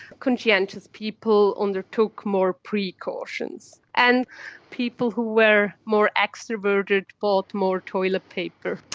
conscientious people undertook more precautions. and people who were more extroverted bought more toilet paper.